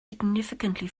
significantly